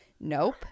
Nope